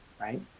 right